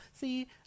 See